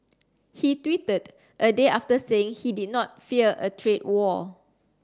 he tweeted a day after saying he did not fear a trade war